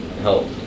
help